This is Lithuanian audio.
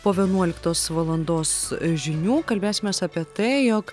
po vienuoliktos valandos žinių kalbėsimės apie tai jog